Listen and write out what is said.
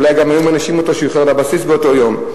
ואולי גם היו מענישים אותו כי הוא איחר לבסיס באותו יום.